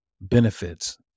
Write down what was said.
benefits